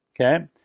Okay